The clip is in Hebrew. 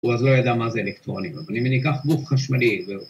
‫הוא אז לא ידע מה זה אלקטרונים. ‫אבל אם אני אקח גוף חשמלי...